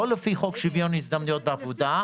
לא לפי חוק שוויון הזדמנויות בעבודה.